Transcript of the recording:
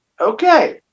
Okay